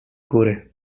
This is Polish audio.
góry